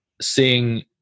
seeing